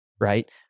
right